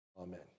Amen